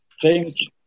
James